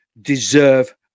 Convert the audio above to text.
deserve